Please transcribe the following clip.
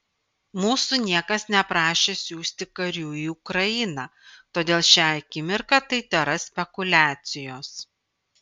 mūsų niekas neprašė siųsti karių į ukrainą todėl šią akimirką tai tėra spekuliacijos